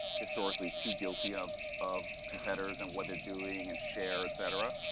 historically too guilty of of competitors and what they're doing and share, etc.